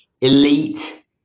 elite